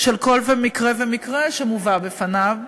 של כל מקרה ומקרה שמובא בפניו.